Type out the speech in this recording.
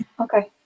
Okay